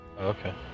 Okay